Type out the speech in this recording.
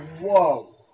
whoa